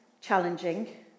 challenging